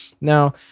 Now